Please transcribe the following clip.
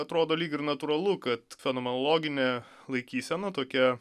atrodo lyg ir natūralu kad fenomenologinė laikysena tokia